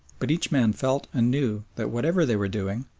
but each man felt and knew that whatever they were doing,